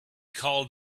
called